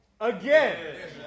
again